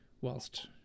whilst